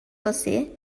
você